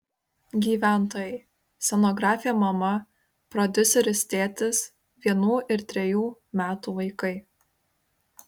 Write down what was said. gyventojai scenografė mama prodiuseris tėtis vienų ir trejų metų vaikai